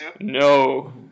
No